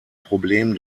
problem